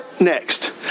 next